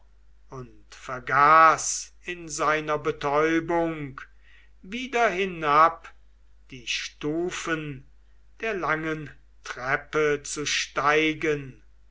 und vergaß in seiner betäubung wieder hinab die stufen der langen treppe zu steigen